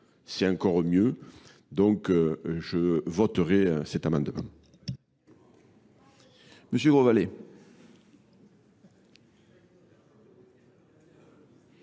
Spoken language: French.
c'est encore mieux. Donc je voterai cet amendement.